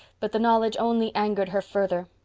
but the knowledge only angered her further.